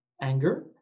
Anger